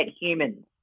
humans